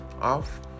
off